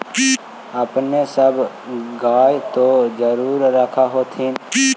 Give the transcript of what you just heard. अपने सब गाय तो जरुरे रख होत्थिन?